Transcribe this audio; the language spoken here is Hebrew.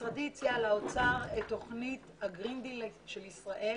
משרדי הציע לאוצר את תוכנית הגרינדילק של ישראל